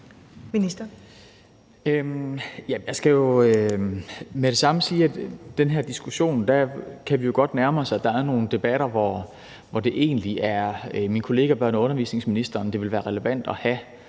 Jeg skal jo med det samme sige, at i den her diskussion kan vi godt nærme os, at der er nogle debatter, hvor det egentlig er min kollega børne- og undervisningsministeren, det ville være relevant at have